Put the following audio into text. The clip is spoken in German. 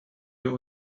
wir